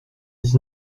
dix